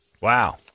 Wow